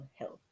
health